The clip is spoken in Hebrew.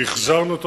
שהחזרנו אותו,